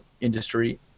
industry